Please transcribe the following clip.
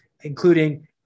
including